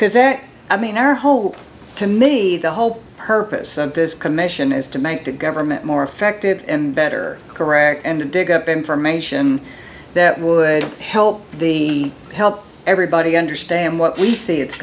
because that i mean our hope to me the whole purpose of this commission is to make the government more effective and better correct and dig up information that would help the help everybody understand what we see it's